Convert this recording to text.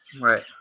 right